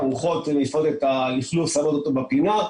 הרוחות מעיפות את הלכלוך לפינה,